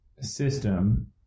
system